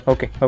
Okay